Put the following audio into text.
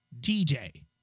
DJ